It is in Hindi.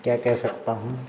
क्या कहे सकता हूँ